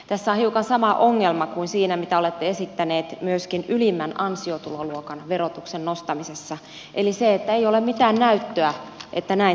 tässä on hiukan sama ongelma kuin siinä mitä olette esittäneet myöskin ylimmän ansiotuloluokan verotuksen nostamisessa eli se että ei ole mitään näyttöä että näin tapahtuisi